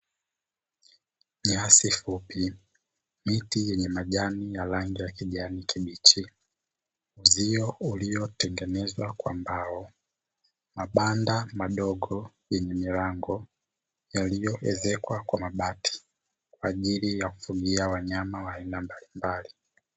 Nyasi fupi ,miti yenye majani ya rangi ya kijani kibichi, uzio uliotengenezwa kwa mbao, mabanda madogo yenye milango yaliyozekwa kwa mabati kwa ajili ya wanyama wa aina mbalimbali.